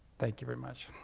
thank you very much.